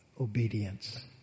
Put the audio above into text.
obedience